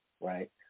right